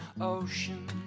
ocean